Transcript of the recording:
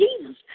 Jesus